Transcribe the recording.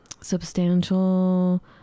substantial